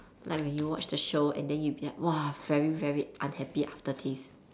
like when you watch the show and then you'd be like !wah! very very unhappy after this